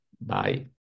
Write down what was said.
Bye